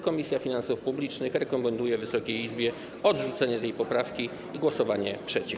Komisja Finansów Publicznych rekomenduje Wysokiej Izbie odrzucenie tej poprawki, głosowanie przeciw.